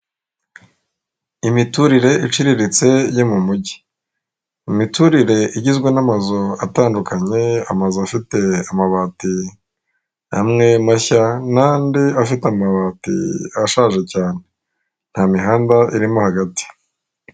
Imiturire iciriritse yo mu mugi, imiturire igizwe n'amazu atandukanye, amazu afite amabati amwe mashya n'andi afite amabati ashaje cyane, nta mihanda irimo hagati.